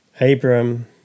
Abram